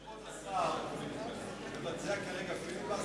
רציתי לשאול את השר אם הוא מבצע כרגע פיליבסטר.